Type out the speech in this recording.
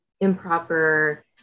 improper